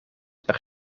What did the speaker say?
per